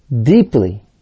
deeply